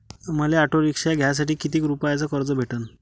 मले auto rickshaw घ्यासाठी कितीक रुपयाच कर्ज भेटनं?